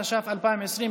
התש"ף 2020,